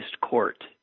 court